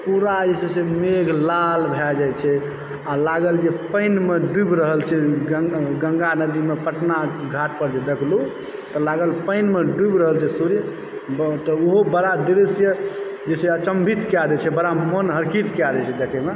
तऽ पूरा जे छै से मेघ लाल भए जाइ छै आ लागल जे पानिमे डूबि रहल छै गंगा नदीमे पटना घाट पर जे देखलु तऽ लागल पानिमे डूबि रहल छै सूर्य तऽ ओहो बरा दृश्य जे छै अचम्भित कए दै छै बरा मोन हर्षित कए दै छै देखयमे